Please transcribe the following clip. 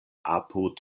apud